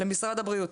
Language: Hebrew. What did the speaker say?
למשרד הבריאות